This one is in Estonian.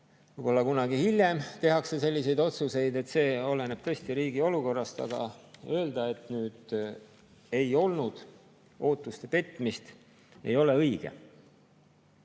võib-olla ka kunagi hiljem tehakse selliseid otsuseid. See oleneb tõesti riigi olukorrast. Aga öelda nüüd, et ei olnud ootuste petmist, ei ole õige. Mind